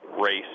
race